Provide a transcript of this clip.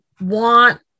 want